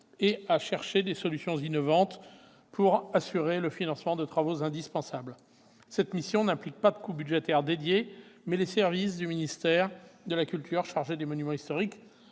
et à chercher des solutions innovantes pour assurer le financement des travaux indispensables. Cette mission n'implique pas de coût budgétaire dédié, mais les services du ministère de la culture chargés des monuments historiques